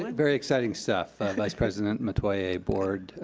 um and very exciting stuff. vice president metoyer, board,